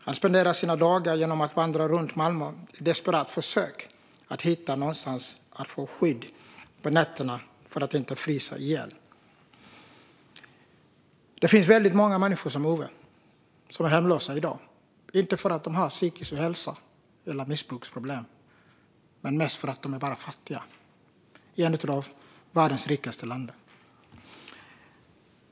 Han spenderar sina dagar med att vandra runt i Malmö i desperat försök att hitta någonstans att få skydd på nätterna för att inte frysa ihjäl. Det finns väldigt många människor som Ove som är hemlösa i dag - inte för att de har psykisk ohälsa eller missbruksproblem, utan bara för att de är fattiga. Och det i ett av världens rikaste länder.